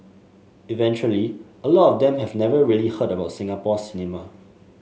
eventually a lot of them have never really heard about Singapore cinema